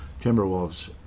Timberwolves